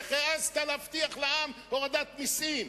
איך העזת להבטיח לעם הורדת מסים?